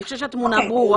אני חושבת שהתמונה ברורה.